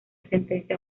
sentencia